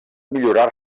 millorar